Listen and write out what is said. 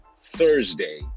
Thursday